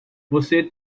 você